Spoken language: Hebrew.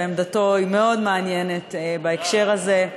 ועמדתו היא מאוד מעניינת בהקשר הזה.